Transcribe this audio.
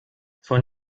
von